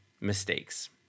mistakes